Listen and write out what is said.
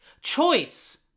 Choice